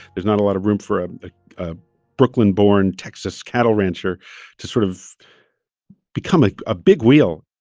there's not a lot of room for ah a a brooklyn-born texas cattle rancher to sort of become a a big wheel